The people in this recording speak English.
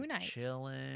chilling